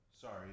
Sorry